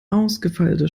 ausgefeilte